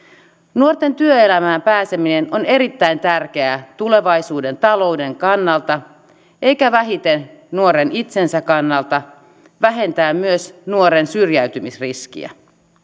nuorten työelämään pääseminen on erittäin tärkeää tulevaisuuden talouden kannalta eikä vähiten nuoren itsensä kannalta vähentäen myös nuoren syrjäytymisriskiä